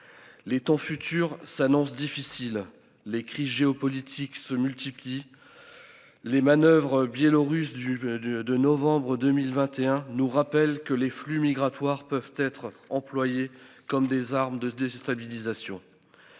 Les temps futurs s'annonce difficile, les cris géopolitiques se multiplient. Les manoeuvres biélorusse du de de novembre 2021 nous rappelle que les flux migratoires peuvent être employé comme des armes de déstabilisation.